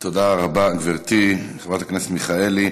תודה רבה, גברתי, חברת הכנסת מיכאלי.